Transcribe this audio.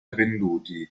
venduti